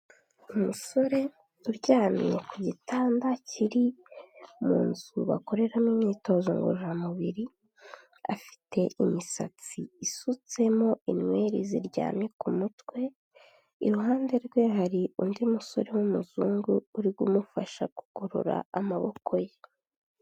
Umusore uryamye ku gitanda kiri mu nzu bakoreramo imyitozo ngororamubiri afite imisatsi isutsemo inweri ziryamye ku mutwe, iruhande rwe hari undi musore w'umuzungu uri kumufasha kugorora amaboko ye.